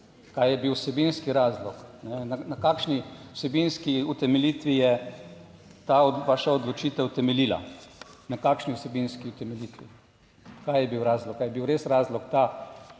Kaj je bil vsebinski razlog, na kakšni vsebinski utemeljitvi je ta vaša odločitev temeljila? Na kakšni vsebinski utemeljitvi, kaj je bil razlog? Ali je bil res razlog